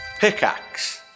Pickaxe